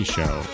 Show